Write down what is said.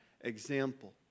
example